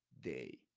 day